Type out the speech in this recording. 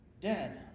dead